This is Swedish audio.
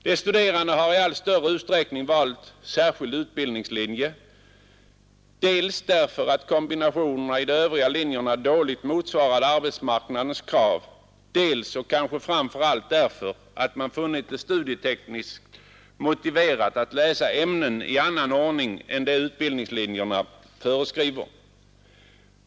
De studerande har i allt större utsträckning valt särskild utbildningslinje, dels därför att kombinationerna i de övriga linjerna dåligt motsvarade arbetsmarknadens krav, dels — och kanske framför allt — därför att man funnit det studietekniskt motiverat att läsa ämnen i annan ordning än den utbildningslinjerna föreskriver.